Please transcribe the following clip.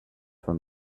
from